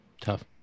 Tough